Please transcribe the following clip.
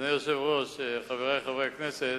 אדוני היושב-ראש, חברי חברי הכנסת,